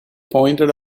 pointed